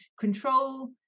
control